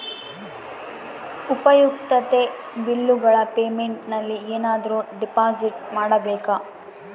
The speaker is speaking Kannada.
ಉಪಯುಕ್ತತೆ ಬಿಲ್ಲುಗಳ ಪೇಮೆಂಟ್ ನಲ್ಲಿ ಏನಾದರೂ ಡಿಪಾಸಿಟ್ ಮಾಡಬೇಕಾ?